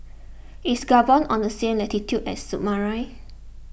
is Gabon on the same latitude as Suriname